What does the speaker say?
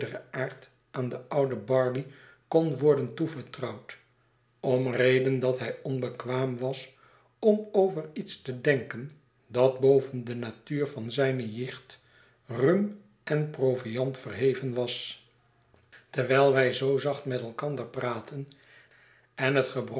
aard aan den ouden barley kon worden toevertrouwd om reden dat hij onbekwaam was om over iets te denken dat boven de natuur van zijne jicht rum en proviand verheven was terwijl wij zoo zacht met elkander praatten en het